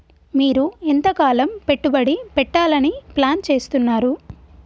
మీరు ఎంతకాలం పెట్టుబడి పెట్టాలని ప్లాన్ చేస్తున్నారు?